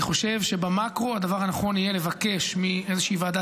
אני חושב שבמקרו הדבר הנכון יהיה לבקש מאיזושהי ועדה